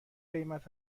قیمت